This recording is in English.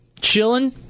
chilling